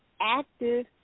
active